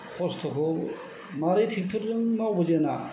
खस्थ'खौ माबोरै ट्रेक्टर जों मावो जेना